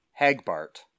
Hagbart